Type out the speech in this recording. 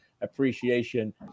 appreciation